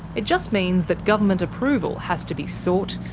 it just means that government approval has to be sought,